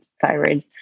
thyroid